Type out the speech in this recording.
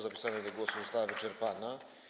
zapisanych do głosu została wyczerpana.